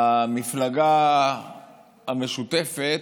שהמפלגה המשותפת,